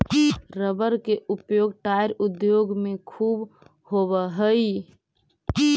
rubber के उपयोग tyre उद्योग में ख़ूब होवऽ हई